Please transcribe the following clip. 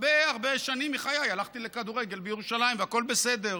הרבה שנים מחיי הלכתי לכדורגל בירושלים והכול בסדר,